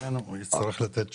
לכן הוא יצטרך לתת תשובות.